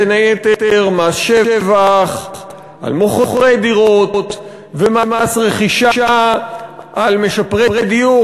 בין היתר מס שבח על מוכרי דירות ומס רכישה על משפרי דיור.